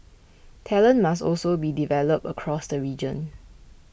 talent must also be developed across the region